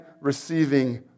receiving